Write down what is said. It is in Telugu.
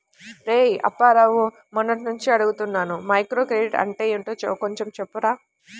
రేయ్ అప్పారావు, మొన్నట్నుంచి అడుగుతున్నాను మైక్రోక్రెడిట్ అంటే ఏంటో కొంచెం చెప్పురా